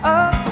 up